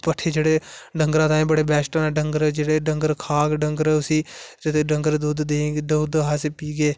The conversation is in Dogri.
फिर आसे पट्ठे जेहडे़ डंगरे दी बडे बैस्ट न जेहडा़ खाह्ग डंगर उसी जेहडा़ डंगर दुद्ध देग ते दुद्ध अस पीगे